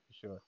sure